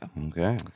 okay